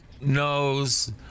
knows